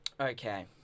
Okay